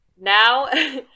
now